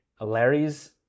Larry's